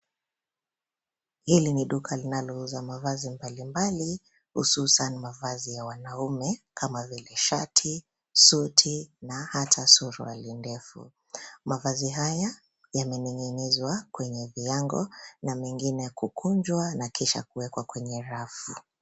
Hili ni duka linalouza mavazi mbali mbali hususan mavazi ya wanaume kama vile shati, suti na hata suruali ndefu. Mavazi haya yameninginizwa kwenye vyango na mengine kukunjwa na kisha kuwekwa kwenye rafu.